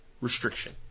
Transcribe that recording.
restriction